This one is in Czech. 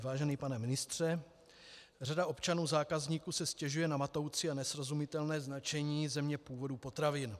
Vážený pane ministře, řada občanů, zákazníků si stěžuje na matoucí a nesrozumitelné značení země původu potravin.